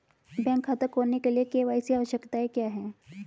Bank खाता खोलने के लिए के.वाई.सी आवश्यकताएं क्या हैं?